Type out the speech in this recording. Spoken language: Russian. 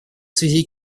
связи